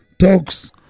talks